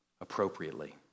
appropriately